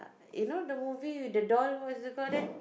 you know the movie with the doll what's you call that